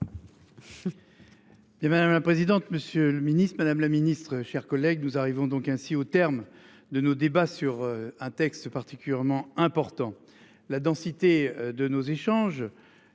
madame la présidente. Monsieur le Ministre, Madame la Ministre chers collègues nous arrivons donc ainsi au terme de nos débats sur un texte particulièrement important. La densité de nos échanges.